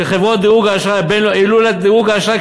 שחברות דירוג האשראי העלו לה את דירוג האשראי,